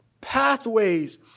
pathways